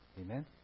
Amen